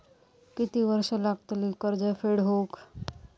किती वर्षे लागतली कर्ज फेड होऊक?